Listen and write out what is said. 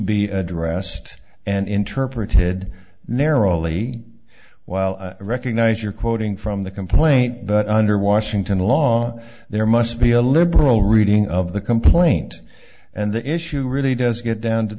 be addressed and interpreted narrowly while i recognize you're quoting from the complaint but under washington law there must be a liberal reading of the complaint and the issue really does get down to